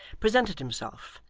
presented himself,